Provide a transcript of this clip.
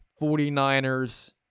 49ers